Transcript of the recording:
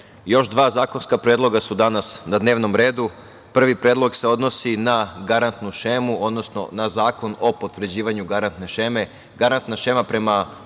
još dva zakonska predloga su danas na dnevnom redu. Prvi predlog se odnosi na garantnu šemu, odnosno na Zakon o potvrđivanju garantne šeme.